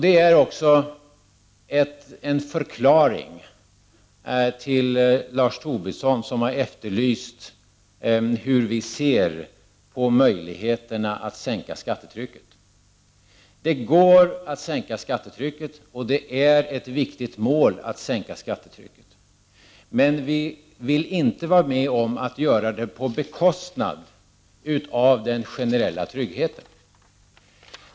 Detta var också en förklaring till Lars Tobisson, som har efterlyst hur vi ser på möjligheterna att sänka skattetrycket. Det går att sänka skattetrycket — och det är ett viktigt mål — men vi vill inte vara med om att göra det på bekostnad av den generella tryggheten.